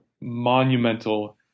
monumental